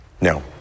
No